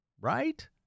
right